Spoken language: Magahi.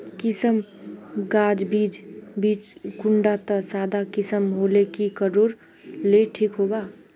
किसम गाज बीज बीज कुंडा त सादा किसम होले की कोर ले ठीक होबा?